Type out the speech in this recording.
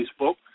Facebook